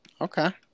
Okay